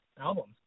albums